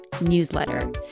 newsletter